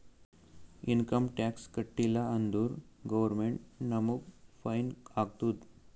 income tax ಕಟ್ಟೀಲ ಅಂದುರ್ government ನಮುಗ್ ಫೈನ್ ಹಾಕ್ತುದ್